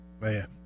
Man